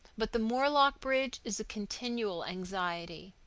but the moorlock bridge is a continual anxiety.